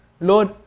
Lord